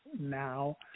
now